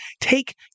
take